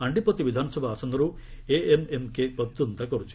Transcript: ଆଶ୍ଡିପଭି ବିଧାନସଭା ଆସନରୁ ଏଏମ୍ଏମ୍କେ ପ୍ରତିଦ୍ୱନ୍ଦ୍ୱିତା କରୁଛି